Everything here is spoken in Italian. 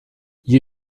gli